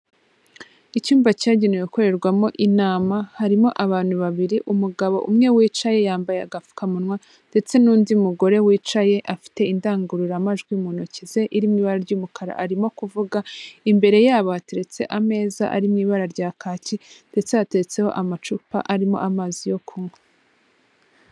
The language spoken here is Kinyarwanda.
Icyumba cyagenewe gukorerwamo inama harimo abantu babiri umugabo umwe wicaye yambaye agapfukamunwa ndetse n'undi mugore wicaye afite indangururamajwi mu ntoki ze iririmo ibara ry'umukara arimo kuvuga, imbere yabo hateretse ameza ari mu ibara rya kaki ndetse hateretseho amacupa arimo amazi yo kunywa.